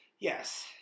Yes